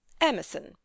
Emerson